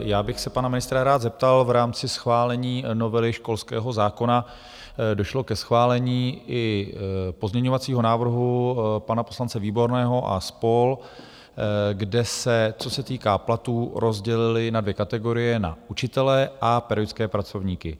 Já bych se pana ministra rád zeptal: V rámci schválení novely školského zákona došlo ke schválení i pozměňovacího návrhu pana poslance Výborného a spol., kde se, co se týká platů, rozdělili na dvě kategorie, na učitele a pedagogické pracovníky.